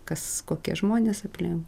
kas kokie žmonės aplink